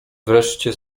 wreszcie